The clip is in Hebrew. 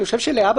אני חושב להבא,